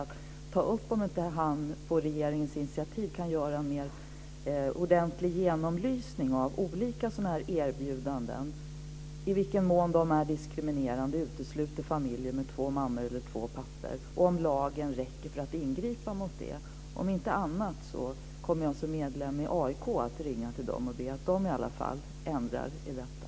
Jag kan ta upp om inte han, på regeringens initiativ, kan göra en mer ordentlig genomlysning av olika sådana här erbjudanden, i vilken mån de är diskriminerande och utesluter familjer med två mammor eller två pappor och om lagen räcker för att ingripa mot det. Om inte annat kommer jag, som medlem i AIK, att ringa till dem och be att de ändrar detta.